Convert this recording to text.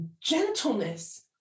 gentleness